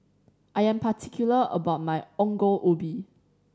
I am particular about my Ongol Ubi